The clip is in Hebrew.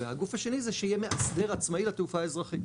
והגוף השני זה שיהיה מאסדר עצמאי לתעופה האזרחית,